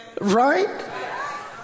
Right